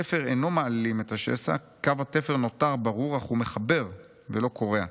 תפר אינו מעלים את השסע: קו התפר נותר ברור אך הוא מחבר ולא קורע.